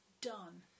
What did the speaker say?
done